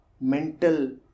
mental